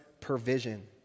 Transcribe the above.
provision